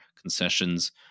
concessions